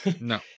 No